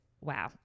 wow